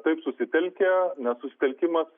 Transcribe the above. taip susitelkę nes susitelkimas